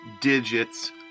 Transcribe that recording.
digits